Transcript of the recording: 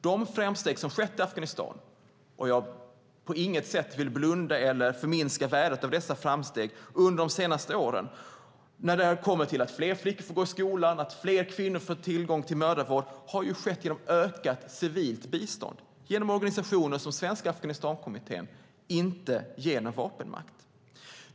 De framsteg som skett i Afghanistan - och jag vill på inget sätt blunda för eller förminska värdet av att fler flickor får gå i skolan och fler kvinnor får tillgång till mödravård - har skett genom ökat civilt bistånd från organisationer som Svenska Afghanistankommittén, inte genom vapenmakt.